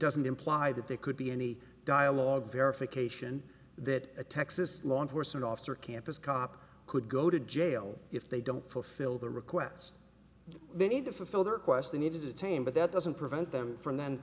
doesn't imply that they could be any dialogue verification that a texas law enforcement officer campus cop could go to jail if they don't fulfill the requests they need to fulfill the requests they need to detain but that doesn't prevent them from the